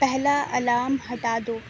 پہلا الارم ہٹا دو